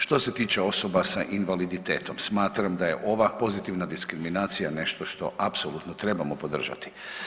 Što se tiče osoba sa invaliditetom smatram da je ova pozitivna diskriminacija nešto što apsolutno trebamo podržati.